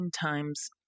times